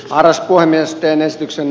paras vain jos teen esityksen